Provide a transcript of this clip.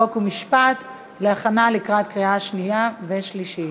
חוק ומשפט להכנה לקראת קריאה שנייה ושלישית.